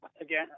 again